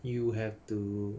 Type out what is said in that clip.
you have to